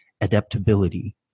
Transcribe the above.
adaptability